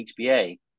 HBA